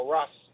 Russ